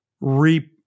reap